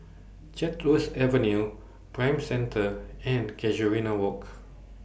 Chatsworth Avenue Prime Centre and Casuarina Walk